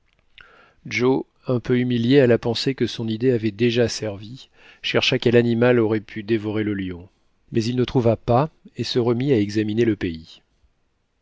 joe un peu humilié à la pensée que son idée avait déjà servi chercha quel animal aurait pu dévorer le lion mais il ne trouva pas et se remit à examiner le pays